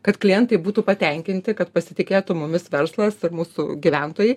kad klientai būtų patenkinti kad pasitikėtų mumis verslas ir mūsų gyventojai